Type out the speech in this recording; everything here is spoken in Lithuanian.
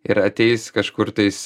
ir ateis kažkur tais